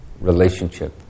relationship